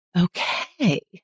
Okay